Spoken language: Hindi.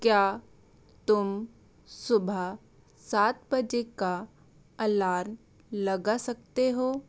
क्या तुम सुबह सात बजे का अलार्म लगा सकते हो